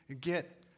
get